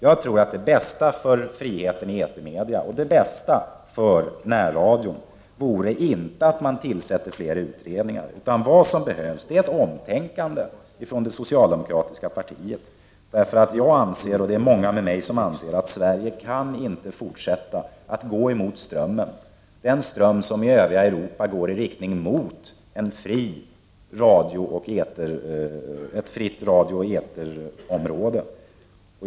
Jag tror att det bästa för både friheten i etermedia och för närradion inte är att till sätta fler utredningar, utan vad som behövs är ett omtänkande från det socialdemokratiska partiets sida. Jag och många med mig anser att Sverige inte kan fortsätta att gå mot strömmen — en ström som i övriga Europa går i riktning mot ett fritt radiooch eterområde.